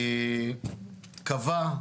קבע,